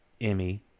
emmy